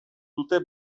dute